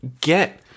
get